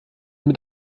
mit